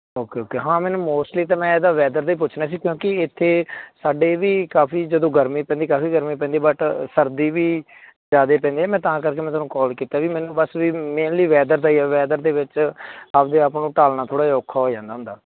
okay okay ਹਾਂ ਮੈਨੂੰ mostly ਤਾਂ ਮੈਂ ਇਹਦਾ ਵੈਦਰ ਦਾ ਹੀ ਪੁੱਛਣਾ ਸੀ ਕਿਉਂਕਿ ਇੱਥੇ ਸਾਡੇ ਵੀ ਕਾਫੀ ਜਦੋਂ ਗਰਮੀ ਪੈਂਦੀ ਕਾਫੀ ਗਰਮੀ ਪੈਂਦੀ ਬਟ ਸਰਦੀ ਵੀ ਜ਼ਿਆਦਾ ਪੈਂਦੀ ਆ ਮੈਂ ਤਾਂ ਕਰਕੇ ਮੈਂ ਤੁਹਾਨੂੰ ਕਾਲ ਕੀਤਾ ਵੀ ਮੈਨੂੰ ਬਸ ਵੀ ਮੇਨਲੀ ਵੈਦਰ ਦਾ ਆ ਵੈਦਰ ਦੇ ਵਿੱਚ ਆਪਣੇ ਆਪ ਨੂੰ ਢਾਲਣਾ ਥੋੜ੍ਹਾ ਜਿਹਾ ਔਖਾ ਹੋ ਜਾਂਦਾ ਹੁੰਦਾ